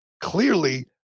clearly